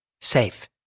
safe